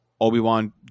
Obi-Wan